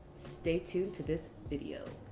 stay tuned to this video.